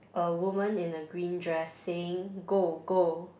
a woman in a green dress saying go go